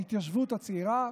ההתיישבות הצעירה,